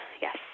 yes